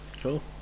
Cool